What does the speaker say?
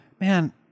man